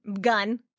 gun